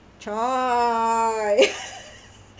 !choy!